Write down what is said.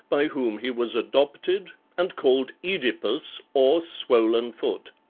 by whom he was adopted and called oedipus, or swollen-foot.